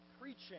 preaching